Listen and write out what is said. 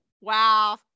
Wow